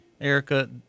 Erica